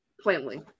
Plainly